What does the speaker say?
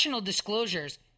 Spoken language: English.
disclosures